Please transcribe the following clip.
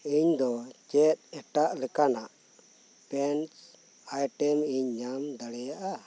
ᱤᱧᱫᱚ ᱪᱮᱫ ᱮᱴᱟᱜ ᱞᱮᱠᱟᱱᱟᱜ ᱯᱮᱱᱥ ᱟᱭᱴᱮᱢ ᱤᱧ ᱧᱟᱢ ᱫᱟᱲᱤᱭᱟᱜᱼᱟ